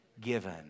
given